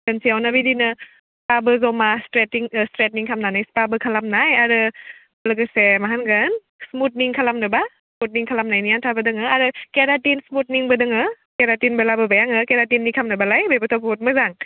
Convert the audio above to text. खनसेयावनो बिदिनो स्पाबो जमा स्ट्रेइटनिं स्ट्रेइटनिं खालामनानै स्पाबो खालामनाय आरो लोगोसे मा होनगोन स्मुथनिं खालामनोबा स्मुथनिं खालामनायनि आन्थाबो दङ आरो केराटिन स्मुटनिंबो दङ केराटिनबो लाबोबाय आङो केराटिननि खालामनोबालाय बेबोथ' बुहुद मोजां